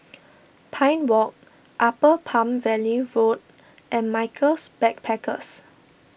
Pine Walk Upper Palm Valley Road and Michaels Backpackers